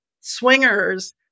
Swingers